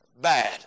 bad